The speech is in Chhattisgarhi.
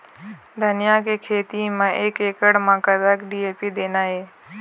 धनिया के खेती म एक एकड़ म कतक डी.ए.पी देना ये?